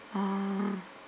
oh